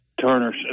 Turner